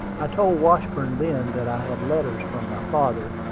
i told washburn then that i had letters from my father,